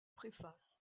préface